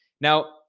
Now